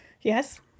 yes